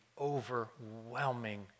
overwhelming